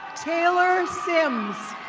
taylor sims.